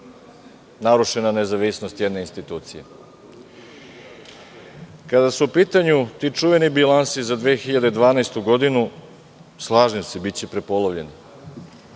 narušena nezavisnost jedne institucije. Kada su u pitanju ti čuveni bilansi za 2012. godinu, slažem se, biće prepolovljeni,